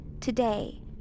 today